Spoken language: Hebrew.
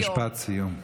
משפט סיום.